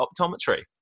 optometry